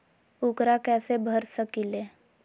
ऊकरा कैसे भर सकीले?